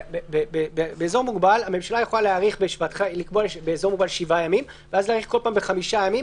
באזור מוגבל הממשלה יכולה לקבוע 7 ימים ולהאריך כל פעם בחמישה ימים,